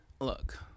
look